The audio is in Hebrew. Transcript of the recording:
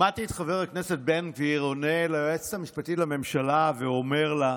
שמעתי את חבר הכנסת בן גביר עונה ליועצת המשפטית לממשלה ואומר לה: